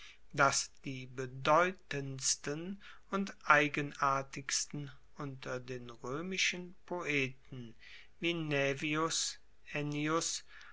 dass die bedeutendsten und eigenartigsten unter den roemischen poeten